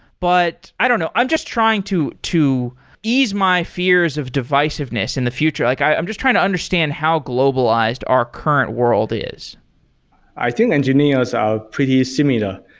but i don't know. i'm just trying to to ease my fears of divisiveness in the future. like i'm just trying to understand how globalized our current world is i think engineers are pretty similar.